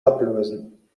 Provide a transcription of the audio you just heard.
ablösen